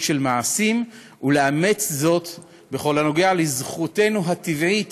של מעשים ולאמץ זאת בכל הנוגע לזכותנו הטבעית